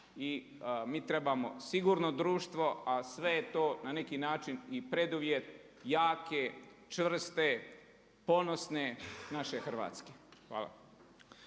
i mi trebamo sigurno društvo a sve je to na neki način i preduvjet jake, čvrste, ponosne naše Hrvatske. Hvala.